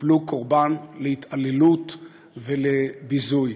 ייפלו קורבן להתעללות ולביזוי.